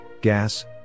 gas